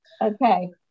okay